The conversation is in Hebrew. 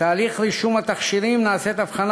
בתהליך רישום התכשירים נעשית הבחנה